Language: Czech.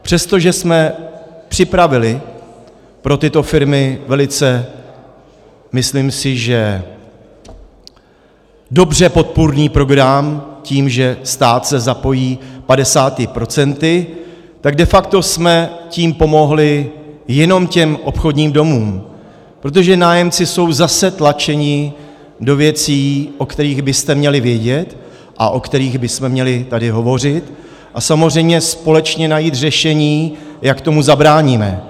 Přestože jsme připravili pro tyto firmy velice, myslím si, dobře podpůrný program, tím, že stát se zapojí padesáti procenty, tak de facto jsme tím pomohli jenom těm obchodním domům, protože nájemci jsou zase tlačeni do věcí, o kterých byste měli vědět a o kterých bychom měli tady hovořit, a samozřejmě společně najít řešení, jak tomu zabráníme.